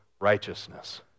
righteousness